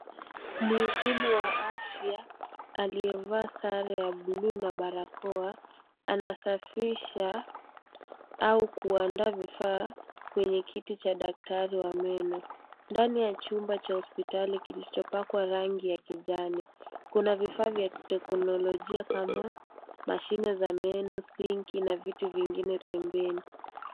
Mhudumu wa afya aliyevaa sare ya bluu na barakoa anasafisha au kuondaa vifaa kwenye kiti cha daktari wa meno. Ndani ya chumba cha hospitali kilichopakwa rangi ya kijani , kuna vifaa vya kitekinolojia kama vile mashine za meno , sinki na viti vingine pembeni.